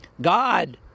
God